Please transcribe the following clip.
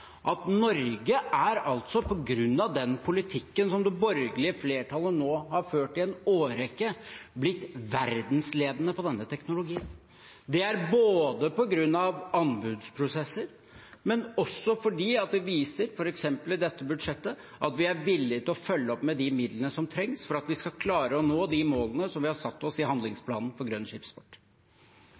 at på grunn av den politikken som det borgerlige flertallet har ført i en årrekke, er Norge blitt verdensledende på denne teknologien. Det er både på grunn av anbudsprosesser, og også fordi vi viser, f.eks. i dette budsjettet, at vi er villige til å følge opp med de midlene som trengs for at vi skal klare å nå de målene vi har satt oss i handlingsplanen for grønn